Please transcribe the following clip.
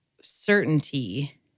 certainty